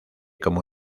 como